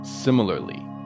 Similarly